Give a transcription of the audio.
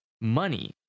money